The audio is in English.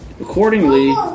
Accordingly